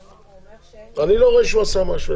הוא אומר שאין --- אני לא רואה שהוא עשה משהו,